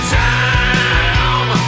time